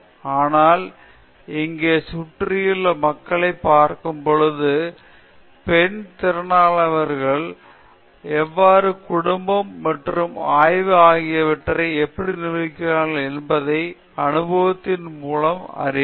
ஆனால் இங்கே சுற்றியுள்ள மக்களைப் பார்க்கும்போது பெண் திறனாய்வாளர்கள் எவ்வாறு குடும்பம் மற்றும் ஆய்வு ஆகியவற்றை எப்படி நிர்வகிக்கிறார்கள் என்பதைப் அனுபவத்தின் மூலம் அறியலாம்